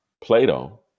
Plato